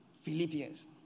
Philippians